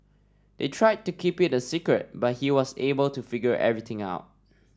they tried to keep it a secret but he was able to figure everything out